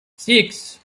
six